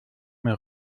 mehr